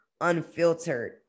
unfiltered